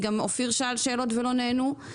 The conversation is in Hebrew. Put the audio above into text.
אופיר גם שאל שאלות שלא נענו.